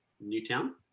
Newtown